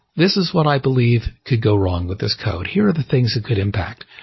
this is what i believe could go wrong with this code. here are the things it could impact.